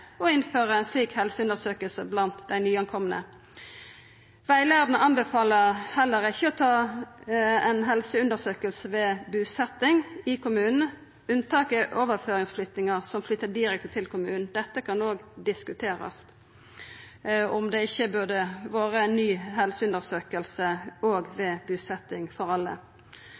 og omsorgstjenesten, som ikkje går inn for ei slik helseundersøking blant dei som nyleg har kome. Rettleiaren anbefaler heller ikkje å ta ei helseundersøking ved busetjing i kommunen. Unntaket er overføringsflyktningar som flytter direkte til kommunen. Det kan òg diskuterast om det ikkje burde vore ei ny helseundersøking for alle